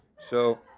so,